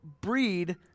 breed